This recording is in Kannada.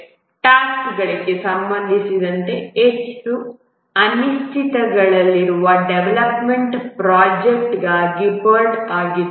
ಟಾಸ್ಕ್ಗಳಿಗೆ ಸಂಬಂಧಿಸಿದಂತೆ ಹೆಚ್ಚು ಅನಿಶ್ಚಿತತೆಗಳಿರುವ ಡೆವಲಪ್ಮೆಂಟ್ ಪ್ರೊಜೆಕ್ಟ್ಗಾಗಿ PERT ಆಗಿತ್ತು